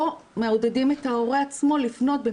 או מעודדים את ההורה עצמו לפנות,